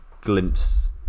glimpse